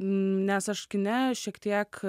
nes aš kine šiek tiek